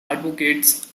advocates